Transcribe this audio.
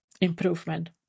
improvement